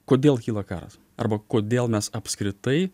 kodėl kyla karas arba kodėl mes apskritai